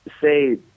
say